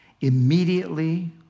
Immediately